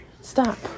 Stop